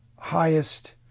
highest